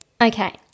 Okay